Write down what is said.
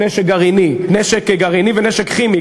נשק גרעיני ונשק כימי.